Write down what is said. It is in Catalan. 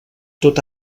tot